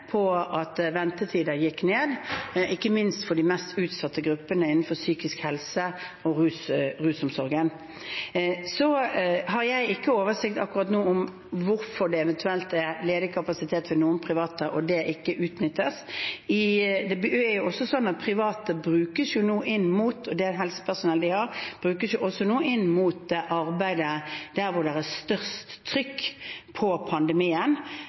på at ventetiden gikk ned, ikke minst for de mest utsatte gruppene innenfor psykisk helse og rusomsorgen. Så har jeg ikke oversikt akkurat nå over hvorfor det eventuelt er ledig kapasitet ved noen private og det ikke utnyttes. Det er også sånn at det helsepersonellet de private har, nå brukes inn mot arbeidet der det er størst trykk av pandemien, for å bruke personell der for å kunne avhjelpe det offentlige helsevesenet. Men vi er